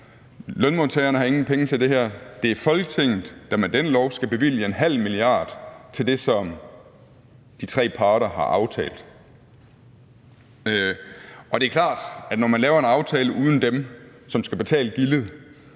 lønmodtagerne har ingen penge til det her. Det er Folketinget, der med denne lov skal bevilge 0,5 mia. kr. til det, som de tre parter har aftalt. Det er klart, at når man laver en aftale uden dem, som skal betale gildet,